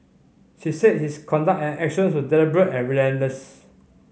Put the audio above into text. she said his conduct and actions were deliberate and relentless